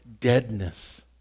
deadness